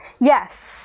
Yes